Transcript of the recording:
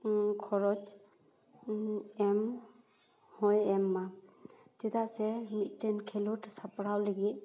ᱠᱷᱚᱨᱚᱪ ᱮᱢ ᱦᱚᱭ ᱮᱢ ᱢᱟ ᱪᱮᱫᱟᱜ ᱥᱮ ᱢᱤᱫᱴᱮᱱ ᱠᱷᱮᱞᱳᱰ ᱥᱟᱯᱲᱟᱣ ᱞᱟᱹᱜᱤᱫ